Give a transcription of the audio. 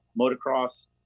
motocross